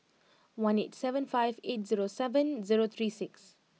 one eight seven five eight zero seven zero three six